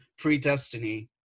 predestiny